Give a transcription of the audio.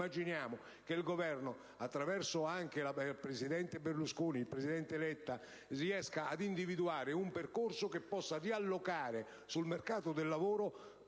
Immaginiamo che il Governo, anche attraverso il presidente Berlusconi ed il sottosegretario Letta, riesca ad individuare un percorso che possa riallocare sul mercato del lavoro